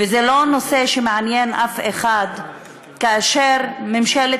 וזה לא נושא שמעניין אף אחד כאשר ממשלת